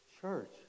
church